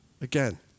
again